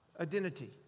identity